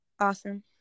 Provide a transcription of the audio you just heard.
awesome